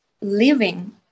living